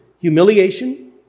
Humiliation